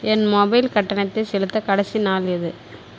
என் mobile கட்டணத்தை செலுத்த கடைசி நாள் எது